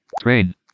train